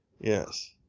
Yes